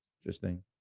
Interesting